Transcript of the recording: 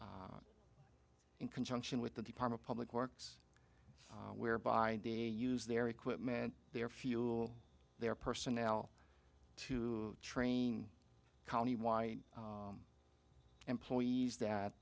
in conjunction with the department public works whereby they use their equipment their fuel their personnel to train countywide employees that